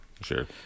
Sure